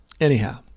Anyhow